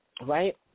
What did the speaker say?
Right